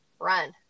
run